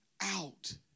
out